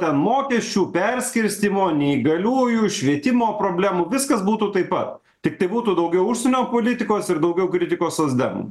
ten mokesčių perskirstymo neįgaliųjų švietimo problemų viskas būtų taip pat tiktai būtų daugiau užsienio politikos ir daugiau kritikos socdemam